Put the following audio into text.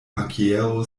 bankiero